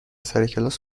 سرکلاس